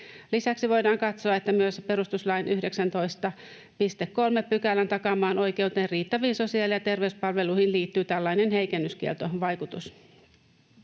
Lisäksi voidaan katsoa, että myös perustuslain 19.3 §:n takaamaan oikeuteen riittäviin sosiaali- ja terveyspalveluihin liittyy tällainen heikennyskieltovaikutus.